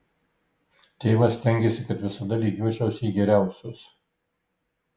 tėvas stengėsi kad visada lygiuočiausi į geriausius